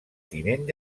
tinent